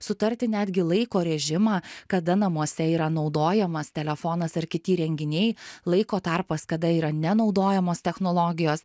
sutarti netgi laiko režimą kada namuose yra naudojamas telefonas ar kiti įrenginiai laiko tarpas kada yra nenaudojamos technologijos